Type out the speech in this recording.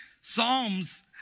Psalms